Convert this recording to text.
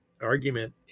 argument